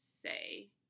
say